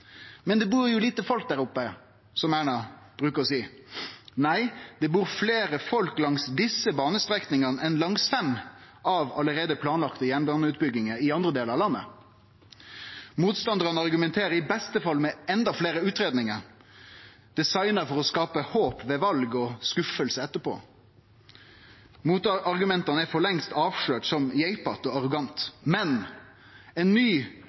Men det bur jo lite folk der oppe, som Erna bruker å seie. Nei, det bur fleire folk langs desse banestrekningane enn langs fem allereie planlagde jernbaneutbyggingar i andre delar av landet. Motstandarane argumenterer i beste fall med endå fleire utgreiingar, designa for å skape håp ved val og vonbrot etterpå. Motargumenta er for lengst avslørte som geipete og arrogante. Men ein ny